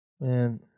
Man